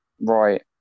right